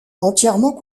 entièrement